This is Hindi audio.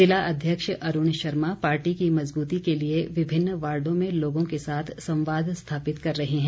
जिला अध्यक्ष अरूण शर्मा पार्टी की मजबूती के लिए विभिन्न वार्डो में लोगों के साथ संवाद स्थापित कर रहे हैं